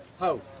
ho.